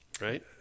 right